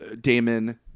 damon